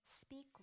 Speak